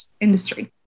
industry